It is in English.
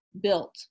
built